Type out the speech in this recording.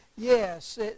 Yes